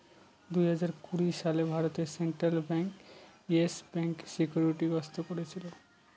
দুই হাজার কুড়ি সালে ভারতে সেন্ট্রাল ব্যাঙ্ক ইয়েস ব্যাঙ্কে সিকিউরিটি গ্রস্ত করেছিল